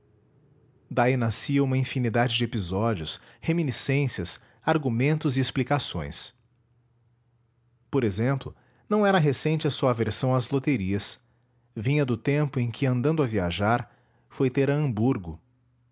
daí nascia uma infinidade de episódios reminiscências argumentos e explicações por exemplo não era recente a sua aversão às loterias vinha do tempo em que andando a viajar foi ter a hamburgo